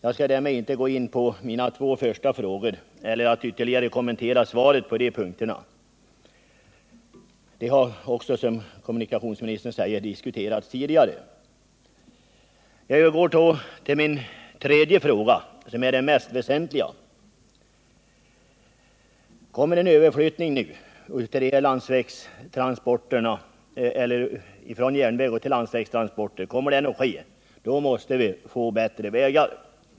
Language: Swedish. Jag skall därmed inte gå in på mina två första frågor och inte heller ytterligare kommentera de punkterna i svaret. De har, som kommunikationsministern säger, diskuterats tidigare. Jag övergår så till min tredje fråga, som är den mest väsentliga. Om en överflyttning av dessa transporter kommer att ske från järnväg till landsväg måste vi få bättre vägar.